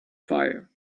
fire